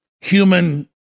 human